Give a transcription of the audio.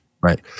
Right